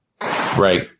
Right